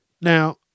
now